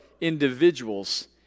individuals